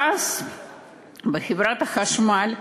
ואז בחברת החשמל,